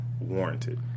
warranted